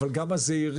אבל גם הזעירים,